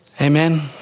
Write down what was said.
Amen